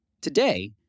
Today